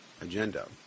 agenda